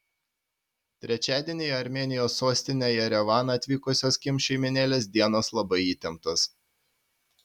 trečiadienį į armėnijos sostinę jerevaną atvykusios kim šeimynėlės dienos labai įtemptos